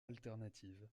alternative